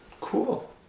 cool